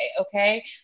Okay